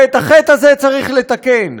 ואת החטא הזה צריך לתקן.